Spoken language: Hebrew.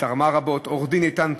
ותרמה רבות, עורך-דין איתן צחור,